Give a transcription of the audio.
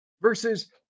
versus